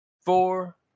four